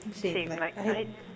same like I